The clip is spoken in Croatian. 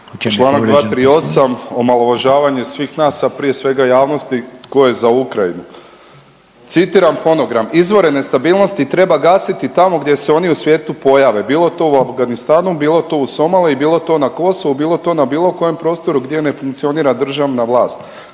Članak 238., omalovažavanje svih nas, a prije svega javnosti tko je za Ukrajinu. Citiram fonogram, izvore nestabilnosti treba gasiti tamo gdje se oni u svijetu pojave, bilo to u Afganistanu, bilo to u Somaliji, bilo to na Kosovu, bilo to na bilo kojem prostoru gdje ne funkcionira državna vlast.